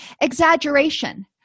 Exaggeration